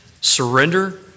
surrender